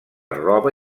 roba